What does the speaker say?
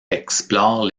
explore